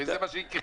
הרי זה מה שיקרה.